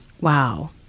Wow